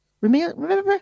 Remember